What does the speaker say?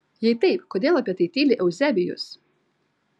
jei taip kodėl apie tai tyli euzebijus